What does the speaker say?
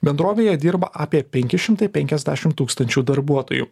bendrovėje dirba apie penki šimtai penkiasdešim tūkstančių darbuotojų